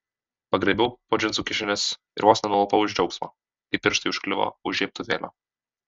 pagraibiau po džinsų kišenes ir vos nenualpau iš džiaugsmo kai pirštai užkliuvo už žiebtuvėlio